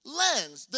lens